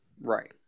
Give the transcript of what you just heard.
Right